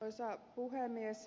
arvoisa puhemies